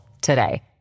today